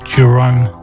Jerome